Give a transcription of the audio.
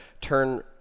turn